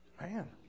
man